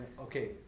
Okay